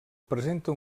presenta